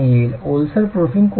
ओलसर proofing course करा